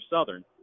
Southern